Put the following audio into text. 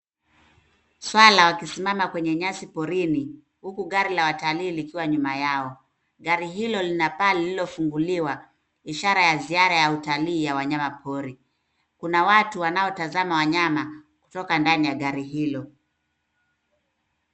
Swara wakisimama kwenye nyasi porini huku gari la watalii likiwa nyuma yao. Gari hilo lina paa lililofunguliwa ishara ya ziara ya utalii wa wanyamapori. Kuna watu wanaotazama wanyama kutoka ndani ya gari hilo.